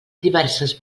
diverses